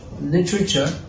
literature